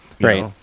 Right